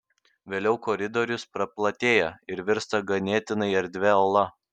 vėliau koridorius praplatėja ir virsta ganėtinai erdvia ola